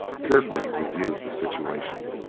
carefully reviewed the situation.